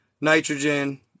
nitrogen